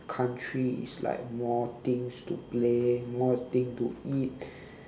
countries like more things to play more thing to eat